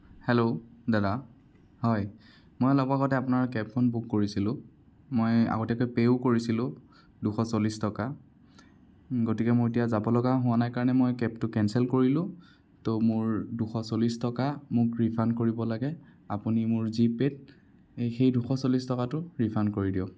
hello দাদা হয় মই অলপ আগতে আপোনাৰ কেবখন বুক কৰিছিলোঁ মই আগতীয়াকে পে'ও কৰিছিলোঁ দুশ চল্লিছ টকা গতিকে মোৰ এতিয়া যাবলগা হোৱা নাই কাৰণে মই কেবটো কেঞ্চেল কৰিলোঁ ত' মোৰ দুশ চল্লিছ টকা মোক ৰিফাণ্ড কৰিব লাগে আপুনি মোৰ জিপে'ত সেই দুশ চল্লিছ টকাটো ৰিফাণ্ড কৰি দিয়ক